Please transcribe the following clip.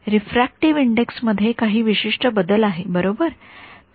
refractive index मध्ये काही विशिष्ट बदल आहे बरोबर